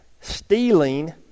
stealing